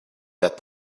that